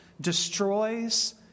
destroys